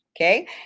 okay